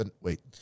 Wait